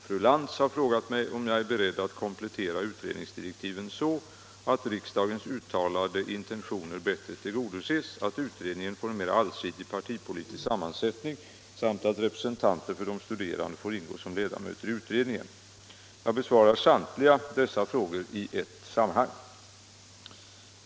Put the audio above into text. Fru Lantz har frågat mig om jag är beredd att komplettera utredningsdirektiven så, att riksdagens uttalade intentioner bättre tillgodoses, att utredningen får en mera allsidig partipolitisk sammansättning samt att representanter för de studerande får ingå som ledamöter av utredningen. Jag besvarar samtliga dessa frågor i ett sammanhang.